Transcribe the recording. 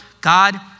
God